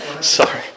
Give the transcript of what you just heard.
Sorry